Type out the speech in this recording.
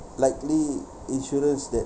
likely insurance that